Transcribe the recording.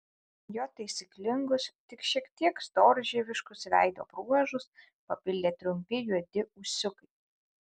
jo taisyklingus tik šiek tiek storžieviškus veido bruožus papildė trumpi juodi ūsiukai